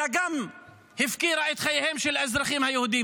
אלא הפקירה גם את חייהם של האזרחים היהודים.